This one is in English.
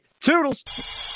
Toodles